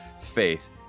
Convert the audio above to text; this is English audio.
Faith